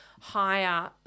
higher